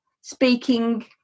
speaking